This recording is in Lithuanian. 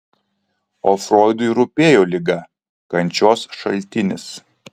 o froidui rūpėjo liga kančios šaltinis